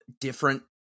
different